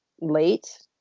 late